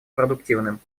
продуктивным